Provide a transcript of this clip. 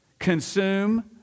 consume